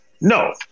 No